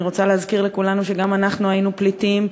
אני רוצה להזכיר לכולנו שגם אנחנו היינו פליטים,